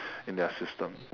in their system